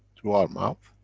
through our mouth.